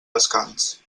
descans